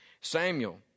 Samuel